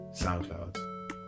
Soundcloud